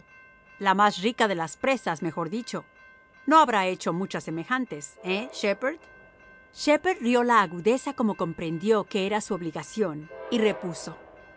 la más rica de las presas mejor dicho no habrá hecho muchas semejantes eh shepherd shepherd rió la agudeza como comprendió que era su obligación y repuso